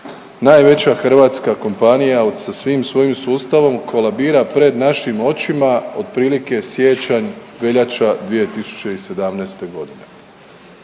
najveća hrvatska kompanija sa svim svojim sustavom kolabira pred našim očima otprilike siječanj-veljača 2017.g.,